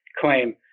claim